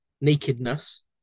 nakedness